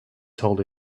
told